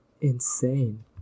insane